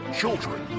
children